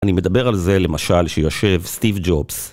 אני מדבר על זה, למשל, שיושב סטיב ג'ובס.